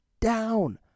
down